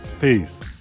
Peace